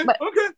okay